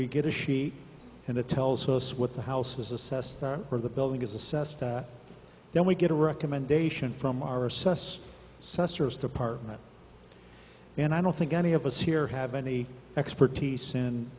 we get a sheet and it tells us what the house was assessed for the building is assessed then we get a recommendation from our assess sensors department and i don't think any of us here have any expertise